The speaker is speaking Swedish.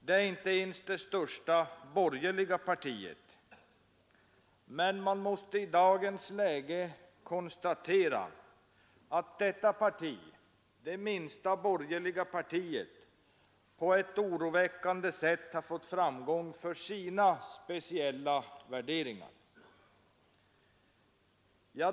Det är inte ens det största borgerliga partiet, men man måste i dagens läge konstatera att detta parti — det minsta borgerliga partiet — på ett oroväckande sätt har fått framgång för sina speciella värderingar.